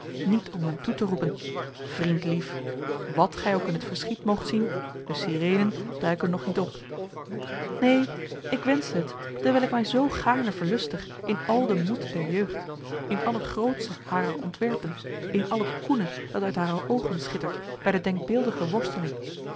niet om hem toe te roepen vriendlief wat gij ook in het verschiet moogt zien de sirenen duiken nog niet op neen ik wenschte het dewijl ik mij zoo gaarne verlustig in al den moed der jeugd in al het grootsche harer ontwerpen in al het koene dat uit hare oogen schittert bij de denkbeeldige worsteling